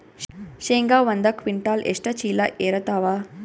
ಶೇಂಗಾ ಒಂದ ಕ್ವಿಂಟಾಲ್ ಎಷ್ಟ ಚೀಲ ಎರತ್ತಾವಾ?